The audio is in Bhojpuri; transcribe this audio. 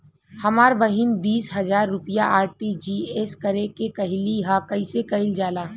हमर बहिन बीस हजार रुपया आर.टी.जी.एस करे के कहली ह कईसे कईल जाला?